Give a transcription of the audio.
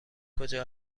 کجا